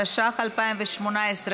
התשע"ח 2018,